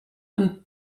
and